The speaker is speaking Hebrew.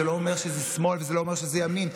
זה לא אומר שזה שמאל וזה לא אומר שזה ימין.